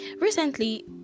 recently